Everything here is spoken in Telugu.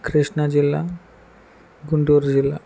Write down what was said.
కృష్ణా జిల్లా గుంటూరు జిల్లా